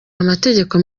amategeko